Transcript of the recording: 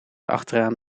achteraan